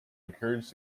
encouraged